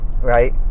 right